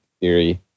theory